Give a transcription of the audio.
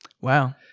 Wow